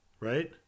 right